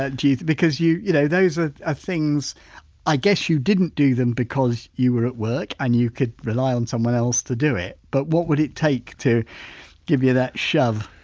do you because you you know those are ah things i guess you didn't do them because you were at work and you could rely on someone else to do it, but what would it take to give you that shove?